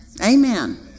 Amen